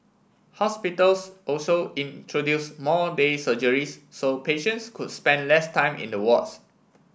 hospitals also introduce more day surgeries so patients could spend less time in the wards